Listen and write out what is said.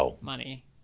money